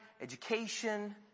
education